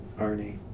Arnie